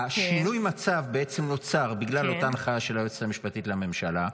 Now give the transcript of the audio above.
שינוי המצב נוצר בגלל אותה הנחיה של היועצת המשפטית לממשלה.